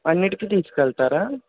అన్నిటికి తీసుకెళ్తారా